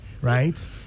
right